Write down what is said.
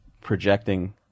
projecting